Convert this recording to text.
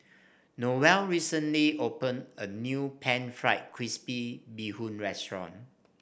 Noel recently opened a new pan fried crispy Bee Hoon restaurant